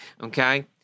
okay